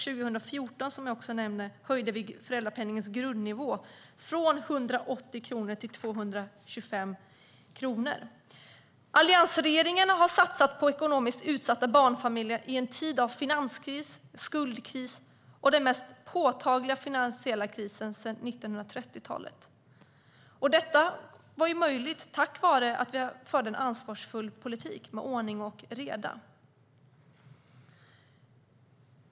2014 höjde vi föräldrapenningens grundnivå från 180 kronor till 225 kronor. Alliansregeringen satsade på ekonomiskt utsatta barnfamiljer i en tid av finanskris, skuldkris och den mest påtagliga finansiella krisen sedan 1930-talet. Detta var möjligt tack vare att vi förde en ansvarsfull politik med ordning och reda.